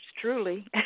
truly